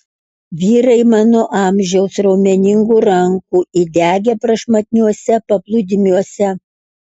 vyrai mano amžiaus raumeningų rankų įdegę prašmatniuose paplūdimiuose